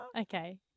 Okay